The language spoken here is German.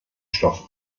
stoff